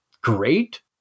great